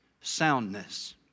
Soundness